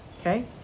okay